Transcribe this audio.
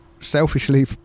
selfishly